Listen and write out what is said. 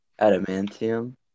Adamantium